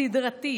סדרתי,